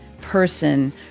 person